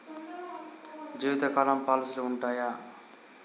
జీవితకాలం పాలసీలు ఉంటయా?